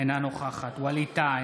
אינה נוכחת ווליד טאהא,